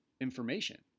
information